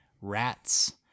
rats